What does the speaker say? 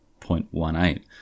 0.18